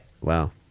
Wow